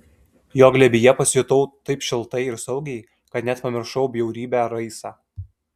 jo glėbyje pasijutau taip šiltai ir saugiai kad net pamiršau bjaurybę raisą